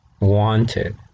Wanted